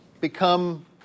become